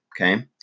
Okay